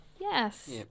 Yes